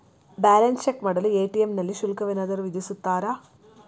Balance check ಮಾಡಲು ATM ನಲ್ಲಿ ಶುಲ್ಕವೇನಾದರೂ ವಿಧಿಸುತ್ತಾರಾ?